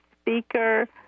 speaker—